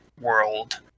world